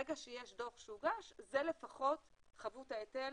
ברגע שיש דוח שהוגש זה לפחות חבות ההיטל